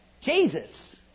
Jesus